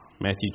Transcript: Matthew